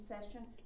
session